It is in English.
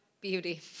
Beauty